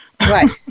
Right